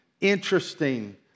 interesting